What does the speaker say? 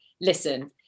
listen